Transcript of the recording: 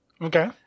okay